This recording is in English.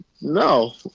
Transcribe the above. no